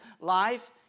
life